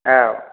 औ